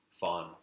fun